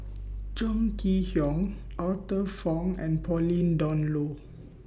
Chong Kee Hiong Arthur Fong and Pauline Dawn Loh